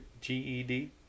GED